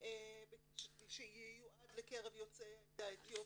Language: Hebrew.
שייועד ליוצאי העדה האתיופית,